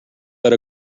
but